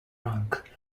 rank